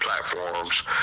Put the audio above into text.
Platforms